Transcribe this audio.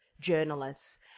journalists